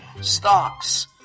stocks